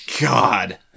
God